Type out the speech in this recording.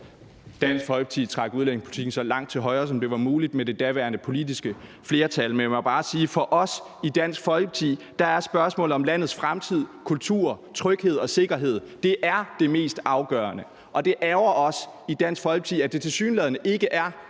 Dansk Folkeparti trak udlændingepolitikken så langt til højre, som det var muligt med det daværende politiske flertal. Og jeg må jo bare sige, at for os i Dansk Folkeparti er spørgsmålet om landets fremtid, kultur, tryghed og sikkerhed det mest afgørende, og det ærgrer os i Dansk Folkeparti, at det tilsyneladende ikke er